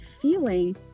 feeling